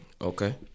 Okay